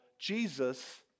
Jesus